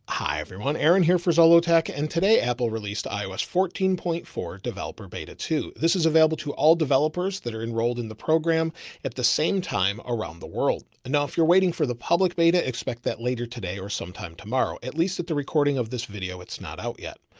hi, everyone. aaron here for zollotech and today apple released ios fourteen point four developer beta two. this is available to all developers that are enrolled in the program at the same time around the world. now, if you're waiting for the public beta, expect that later today, or sometime tomorrow, at least that the recording of this video, it's not out yet.